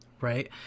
right